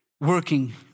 working